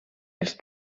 les